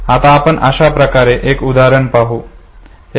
आता आपण तश्या प्रकारचे एक उदाहरण पाहू